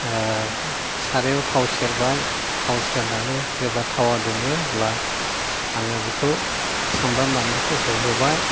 सारायाव थाव सेरबाय थाव सेरनानै जेब्ला थावा दुङो अब्ला आङो बिखौ सामब्राम बानलुखौ होहोबाय